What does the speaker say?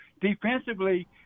defensively